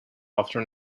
after